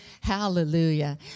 Hallelujah